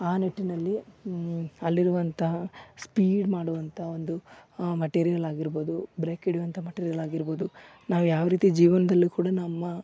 ಆ ನಿಟ್ಟಿನಲ್ಲಿ ಅಲ್ಲಿರುವಂತಹ ಸ್ಪೀಡ್ ಮಾಡುವಂತಹ ಒಂದು ಮಟೀರಿಯಲಾಗಿರ್ಬೋದು ಬ್ರೇಕ್ ಹಿಡಿಯುವಂತಹ ಮಟೀರಿಯಲಾಗಿರ್ಬೋದು ನಾವು ಯಾವ ರೀತಿ ಜೀವನದಲ್ಲೂ ಕೂಡ ನಮ್ಮ